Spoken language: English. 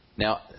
Now